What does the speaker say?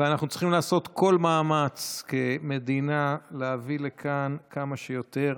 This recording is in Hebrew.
ואנחנו צריכים לעשות כל מאמץ כמדינה להביא לכאן כמה שיותר.